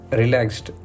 relaxed